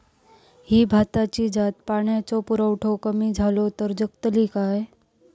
ही भाताची जात पाण्याचो पुरवठो कमी जलो तर जगतली काय?